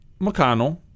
McConnell